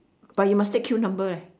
but you must take queue number leh